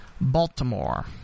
baltimore